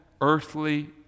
earthly